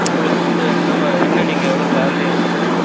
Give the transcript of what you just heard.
உங்களுக்கு வந்து என்ன மா என்ன நீங்கள் எவ்வளோ சேல்ரி எ ஆ